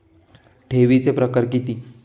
ठेवीचे प्रकार किती?